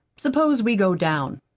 suppose we go down.